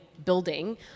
building